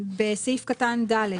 בסעיף קטן (ד),